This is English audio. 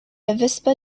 avispa